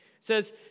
says